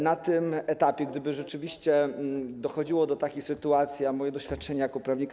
Na tym etapie, gdyby rzeczywiście dochodziło do takich sytuacji, a moje doświadczenie jako prawnika.